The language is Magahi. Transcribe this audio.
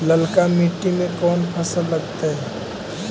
ललका मट्टी में कोन फ़सल लगतै?